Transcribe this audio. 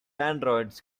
androids